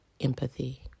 empathy